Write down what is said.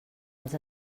els